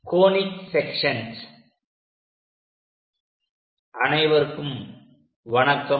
conic sections VII அனைவருக்கும் வணக்கம்